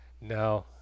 No